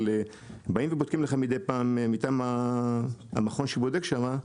באים ובודקים לך מידי פעם מטעם המכון שבודק ששם,